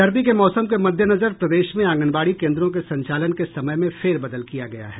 सर्दी के मौसम के मद्देनजर प्रदेश में आंगनबाड़ी केंद्रों के संचालन के समय में फेरबदल किया गया है